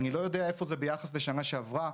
אני לא יודע איפה זה ביחס לשנה שעברה,